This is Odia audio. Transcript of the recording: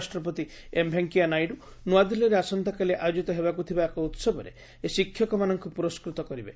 ଉପରାଷ୍ଟ୍ରପତି ଏମ୍ ଭେଙ୍କିୟାନାଇଡୁ ନୂଆଦିଲ୍ଲୀରେ ଆସନ୍ତାକାଲି ଆୟୋଜିତ ହେବାକୁ ଥିବା ଏକ ଉତ୍ସବରେ ଏହି ଶିକ୍ଷକମାନଙ୍କୁ ପୁରସ୍କୃତ କରିବେ